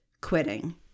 quitting